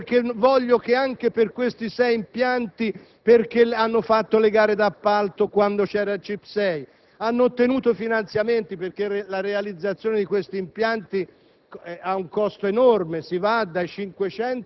Sodano. Perché io sarei legato alle *lobby*? Perché faccio riferimento anche a questi sei impianti, che hanno svolto le gare d'appalto quando c'era il CIP6, hanno ottenuto finanziamenti - perché la realizzazione di questi impianti